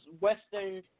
Western